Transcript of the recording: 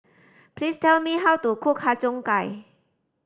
please tell me how to cook Har Cheong Gai